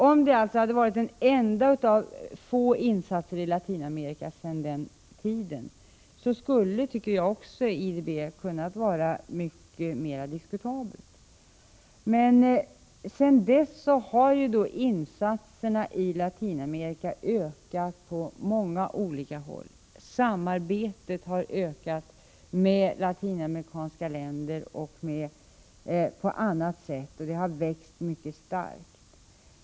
Om detta hade varit den enda av få insatser i Latinamerika sedan den tiden skulle IDB ha kunnat vara mycket mera diskutabelt. Men sedan dess har insatserna i Latinamerika ökat på många olika håll. Samarbetet med latinamerikanska länder har växt mycket starkt.